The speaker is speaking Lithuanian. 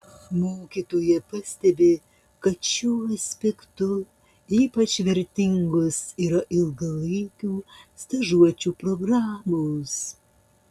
mokytoja pastebi kad šiuo aspektu ypač vertingos yra ilgalaikių stažuočių programos